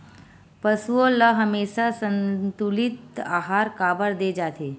पशुओं ल हमेशा संतुलित आहार काबर दे जाथे?